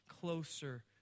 closer